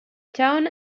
town